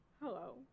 Hello